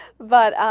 but on